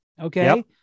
Okay